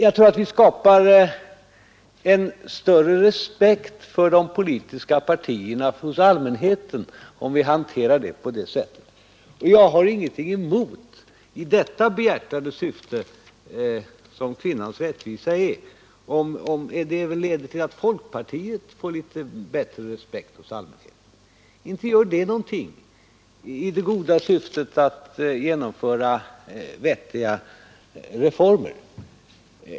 Jag tror att vi hos allmänheten skapar större respekt för de politiska partierna, om vi hanterar frågorna på det sättet, och i detta behjärtade syfte, som rättvisa åt kvinnorna är, har jag ingenting emot att vårt arbete också leder till att folkpartiet får litet bättre respekt hos allmänheten. Inte gör det någonting i det goda syftet att genomföra vettiga reformer!